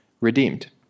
redeemed